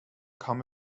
kam